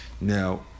Now